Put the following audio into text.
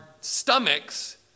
stomachs